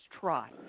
try